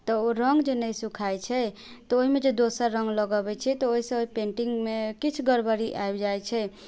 तऽ ओ रंग जे नहि सुखाइ छै तऽ ओहिमे जे दोसर रंग लगबै छियै तऽ ओहि सऽ ओहि पेन्टिंगमे किछु गड़बड़ी आबि जाइ छै